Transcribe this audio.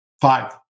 five